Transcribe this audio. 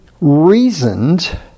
reasoned